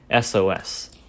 SOS